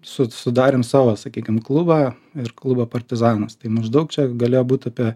su sudarėm savo sakykim klubą ir klubą partizanas tai maždaug čia galėjo būt apie